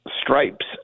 stripes